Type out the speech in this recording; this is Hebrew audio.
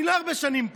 אני לא הרבה שנים פה,